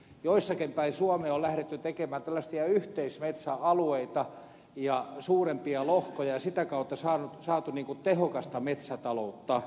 jossakin päin suomea on lähdetty tekemään tällaisia yhteismetsäalueita ja suurempia lohkoja ja sitä kautta on saatu tehokasta metsätaloutta